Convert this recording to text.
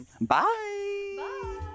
Bye